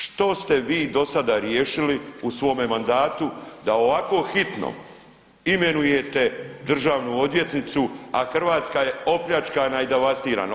Što ste vi do sada riješili u svome mandatu da ovako hitno imenujete državnu odvjetnicu, a Hrvatska je opljačkana i devastirana?